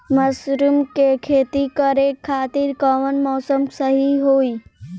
Mushroom के खेती करेके खातिर कवन मौसम सही होई?